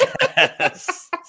yes